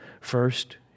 First